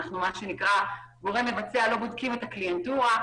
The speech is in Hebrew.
אנחנו גורם מבצע ואנחנו לא בודקים את הקליינטורה,